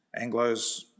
Anglos